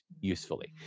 usefully